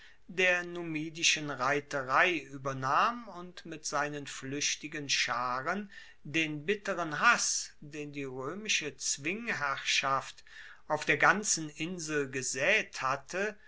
der numidischen reiterei uebernahm und mit seinen fluechtigen scharen den bitteren hass den die roemische zwingherrschaft auf der ganzen insel gesaet hatte